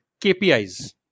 KPIs